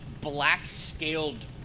black-scaled